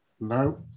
No